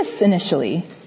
initially